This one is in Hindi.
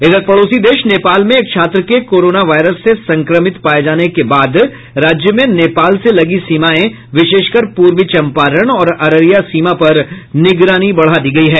इधर पड़ोसी देश नेपाल में एक छात्र के कोरोना वायरस से संक्रमित पाए जाने के बाद राज्य में नेपाल से लगी सीमाएं विशेषकर पूर्वी चम्पारण और अररिया सीमा पर निगरानी बढ़ा दी गई हैं